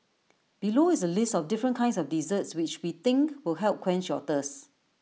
below is A list of different kinds of desserts which we think will help quench your thirst